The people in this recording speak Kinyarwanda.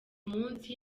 munsi